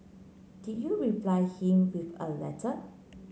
did you reply him with a letter